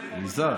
יזהר,